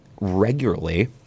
regularly